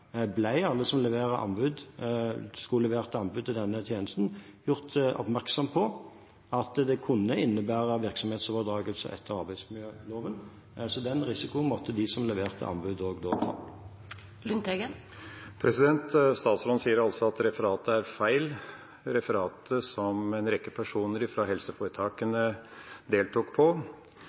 ble alle som skulle levere anbud til denne konkurransen, gjort oppmerksom på at det kunne innebære virksomhetsoverdragelse etter arbeidsmiljøloven. Så den risikoen måtte de som leverte anbud, også ta. Statsråden sier altså at referatet er feil – referatet som en rekke personer fra helseforetakene deltok på.